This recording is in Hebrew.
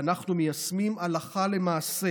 ואנחנו מיישמים הלכה למעשה